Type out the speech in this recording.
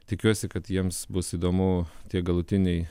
tikiuosi kad jiems bus įdomu tie galutiniai